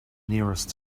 nearest